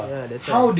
ah that's why